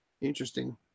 Interesting